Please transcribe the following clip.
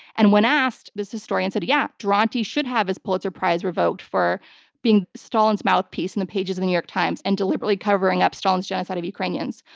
and when asked, this historian said, yeah, duranty should have his pulitzer prize revoked for being stalin's mouthpiece in the pages of the new york times and deliberately covering up stalin's genocide of ukrainians.